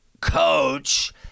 coach